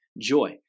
joy